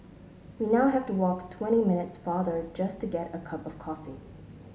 we now have to walk twenty minutes farther just to get a cup of coffee